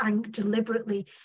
deliberately